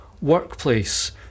workplace